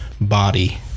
body